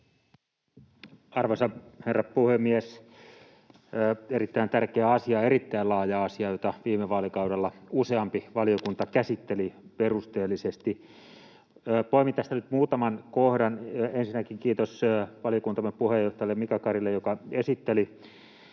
Arvoisa herra puhemies! Erittäin tärkeä asia, erittäin laaja asia, jota viime vaalikaudella useampi valiokunta käsitteli perusteellisesti. Poimin tästä nyt muutaman kohdan. Ensinnäkin kiitos valiokuntamme puheenjohtajalle Mika Karille, joka esitteli